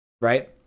Right